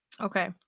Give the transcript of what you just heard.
Okay